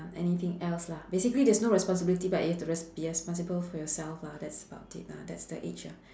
anything else lah basically there's no responsibility but you have to res~ be responsible for yourself lah that's about it lah that's the age ah